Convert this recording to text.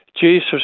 Jesus